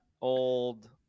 old